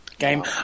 game